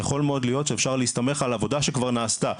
יכול מאוד להיות שאפשר להסתמך על עבודה שכבר נעשתה.